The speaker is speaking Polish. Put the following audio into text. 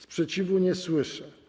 Sprzeciwu nie słyszę.